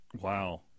Wow